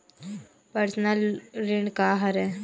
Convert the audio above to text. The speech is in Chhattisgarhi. पर्सनल ऋण का हरय?